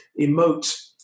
emote